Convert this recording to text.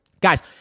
Guys